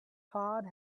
hard